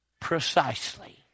Precisely